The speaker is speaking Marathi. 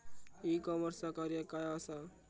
ई कॉमर्सचा कार्य काय असा?